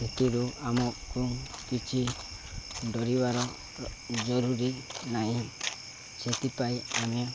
ସେଥିରୁ ଆମକୁ କିଛି ଡ଼ରିବାର ଜରୁରୀ ନାହିଁ ସେଥିପାଇଁ ଆମେ